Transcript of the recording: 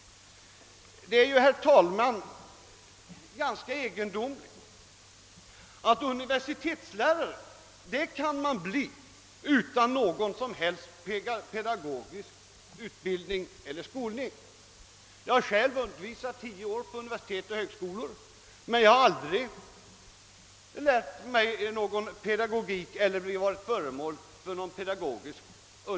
Det är ett ganska egendomligt förhållande att man kan bli universitetslärare utan någon som helst pedagogisk utbildning eller skolning. Jag har själv under tio år undervisat vid universitet och högskolor, men jag har aldrig fått någon pedagogisk utbildning.